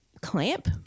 clamp